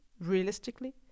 realistically